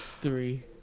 Three